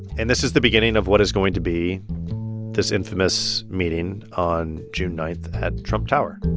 and this is the beginning of what is going to be this infamous meeting on june nine at trump tower